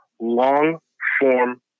long-form